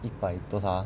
一百多少 ah